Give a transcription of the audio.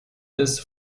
des